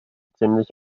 ziemlich